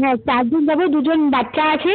হ্যাঁ চারজন যাব দুজন বাচ্চা আছে